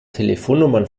telefonnummern